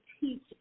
teach